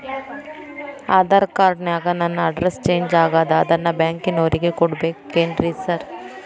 Aadhaar card ನ್ಯಾಗ ನನ್ address change ಆಗ್ಯಾದ ಅದನ್ನ ಬ್ಯಾಂಕಿನೊರಿಗೆ ಕೊಡ್ಬೇಕೇನ್ರಿ ಸಾರ್?